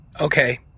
Okay